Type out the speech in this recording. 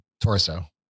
torso